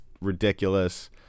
ridiculous